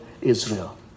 Israel